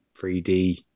3D